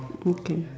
okay